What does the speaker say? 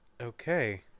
okay